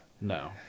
No